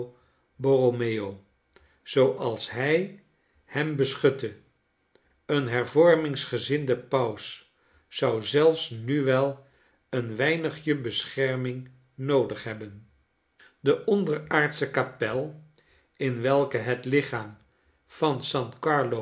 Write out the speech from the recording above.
borromeo zooals hij hem beschutte eenhervormingsgezinde paus zou zelfs nu wel een weinigje bescherming noodig hebben de onderaardsche kapel in welke het lichaam van